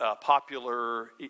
popular